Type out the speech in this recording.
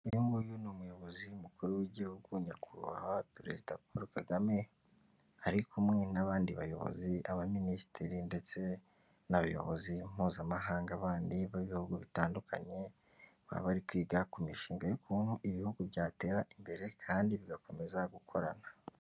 Uyu nguyu ni umuyobozi mukuru w'igihugu nyakubahwa Perezida Paul Kagame, ari kumwe n'abandi bayobozi, abaminisitiri ndetse n'abayobozi Mpuzamahanga bandi b'ibihugu bitandukanye, baba bari kwiga ku mishinga y'ukuntu ibihugu byatera imbere kandi bigakomeza gukorana.